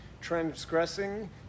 Transgressing